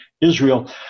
Israel